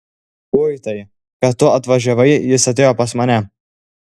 uitai kad tu atvažiavai jis atėjo pas mane